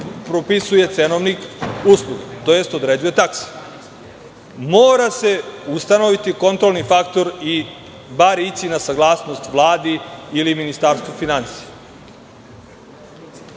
propisuje cenovnik usluga, tj. određuje takse. Mora se ustanoviti kontrolni faktor i bar ići na saglasnost Vladi ili Ministarstvu